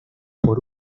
por